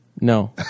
No